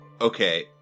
Okay